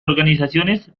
organizaciones